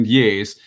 years